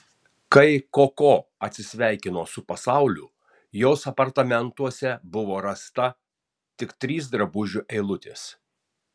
kai koko atsisveikino su pasauliu jos apartamentuose buvo rasta tik trys drabužių eilutės